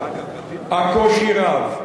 הקושי רב,